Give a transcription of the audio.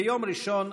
ביום ראשון,